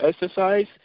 exercise